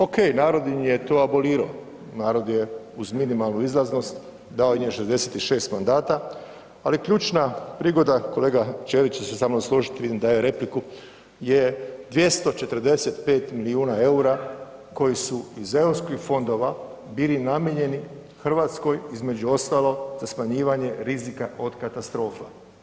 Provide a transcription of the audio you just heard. Okej, narod im je to aboliro, narod je uz minimalnu izlaznost dao njima 66 mandata, ali ključna prigoda, kolega Ćelić će se sa mnom složit, vidim daje repliku, je 245 milijuna EUR-a koji su iz Europskih fondova bili namijenjeni RH, između ostalog za smanjivanje rizika od katastrofa.